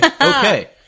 Okay